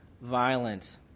violent